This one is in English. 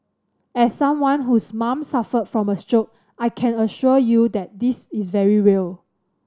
as someone whose mom suffered from a stroke I can assure you that this is very real